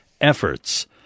efforts